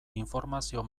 informazio